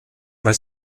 weil